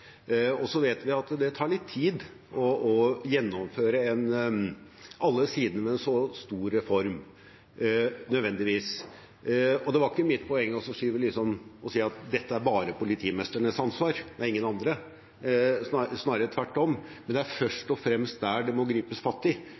positive. Så vet vi at det tar litt tid å gjennomføre alle sidene ved en så stor reform – nødvendigvis. Og det var ikke mitt poeng å si at dette er bare politimestrenes ansvar, det er ingen andres, snarere tvert om. Men det er først og fremst der en må gripe fatt i